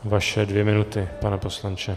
Vaše dvě minuty, pane poslanče.